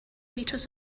meters